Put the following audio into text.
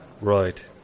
Right